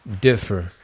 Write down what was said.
differ